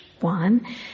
one